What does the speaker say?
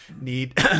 need